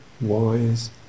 wise